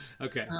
Okay